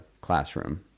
classroom